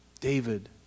David